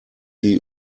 die